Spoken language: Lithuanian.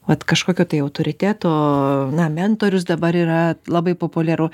vat kažkokio tai autoriteto na mentorius dabar yra labai populiaru